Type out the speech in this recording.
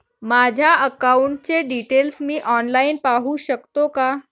माझ्या अकाउंटचे डिटेल्स मी ऑनलाईन पाहू शकतो का?